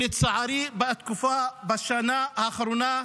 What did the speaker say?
לצערי, בשנה האחרונה,